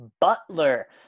Butler